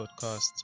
podcast